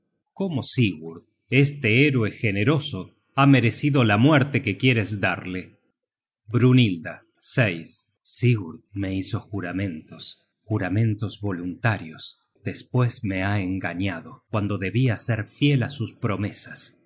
sigurd este héroe generoso ha merecido la muerte qne quieres darle brynhilda sigurd me hizo juramentos juramentos voluntarios despues me ha engañado cuando debia ser fiel á sus promesas